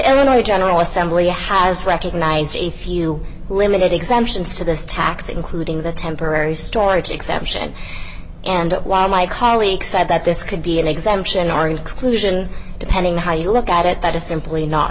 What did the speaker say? illinois general assembly has recognized a few limited exemptions to this tax including the temporary storage exception and while my colleague said that this could be an exemption are an exclusion depending on how you look at it that is simply not